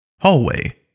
Hallway